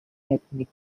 ethnic